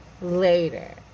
Later